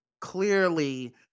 clearly